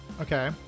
Okay